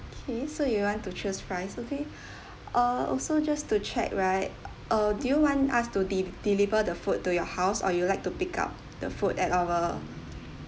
okay so you want to choose fries okay uh also just to check right uh uh do you want us to de~ deliver the food to your house or you'd like to pick up the food at our